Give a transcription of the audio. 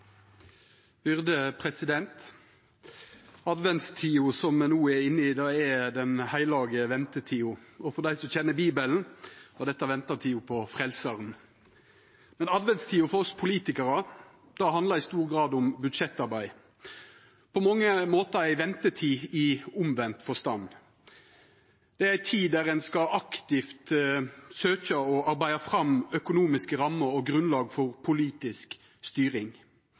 heilage ventetida. For dei som kjenner Bibelen, var dette ventetida på frelsaren. Men adventstida for oss politikarar handlar i stor grad om budsjettarbeid – på mange måtar ei ventetid, i omvendt forstand. Det er ei tid der ein aktivt skal søkja og arbeida fram økonomiske rammer og grunnlag for politisk styring.